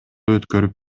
өткөрүп